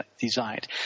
designed